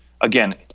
again